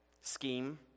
scheme